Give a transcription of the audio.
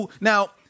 Now